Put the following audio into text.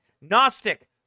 Gnostic